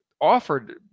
offered